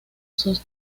sus